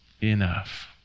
enough